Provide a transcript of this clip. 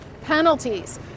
penalties